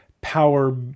power